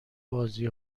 بازی